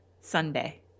Sunday